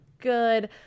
good